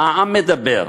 מה העם מדבר.